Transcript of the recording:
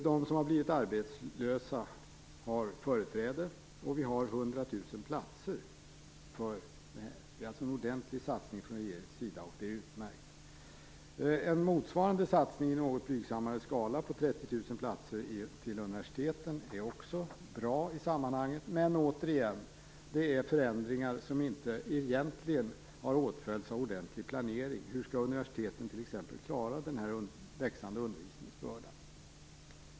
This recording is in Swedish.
De som har blivit arbetslösa har företräde. Vi har 100 000 platser för det. Det är en ordentlig satsning från regeringens sida, och det är utmärkt. En motsvarande satsning i något blygsammare skala på 30 000 nya platser till universiteten är också bra i sammanhanget. Men återigen är det förändringar som egentligen inte har åtföljts av ordentlig planering. Hur skall universiteten t.ex. klara den växande undervisningsbördan?